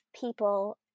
people